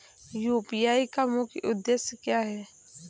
UPI का मुख्य उद्देश्य क्या है?